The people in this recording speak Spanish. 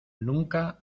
nunca